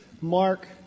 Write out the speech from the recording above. mark